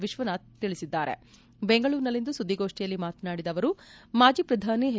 ವಿಶ್ವನಾಥ್ ತಿಳಿಸಿದ್ದಾರೆ ಬೆಂಗಳೂರಿನಲ್ಲಿಂದು ಸುದ್ದಿಗೋಷ್ಠಿಯಲ್ಲಿ ಮಾತನಾಡಿದ ಅವರು ಮಾಜಿ ಪ್ರಧಾನಿ ಎಚ್